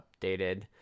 updated